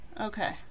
Okay